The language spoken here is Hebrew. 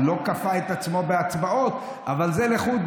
הוא לא כפה את עצמו בהצבעות, אבל זה לחוד.